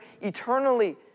eternally